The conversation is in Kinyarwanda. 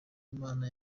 imana